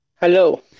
Hello